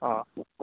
ಹಾಂ